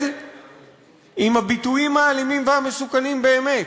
עם הביטויים האלימים והמסוכנים באמת.